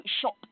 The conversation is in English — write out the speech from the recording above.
shop